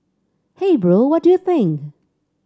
hey bro what do you think